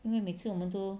因为每次我们都